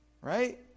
Right